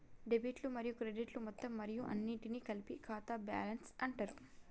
డెబిట్లు మరియు క్రెడిట్లు మొత్తం మరియు అన్నింటినీ కలిపి ఖాతా బ్యాలెన్స్ అంటరు